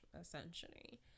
essentially